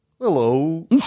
Hello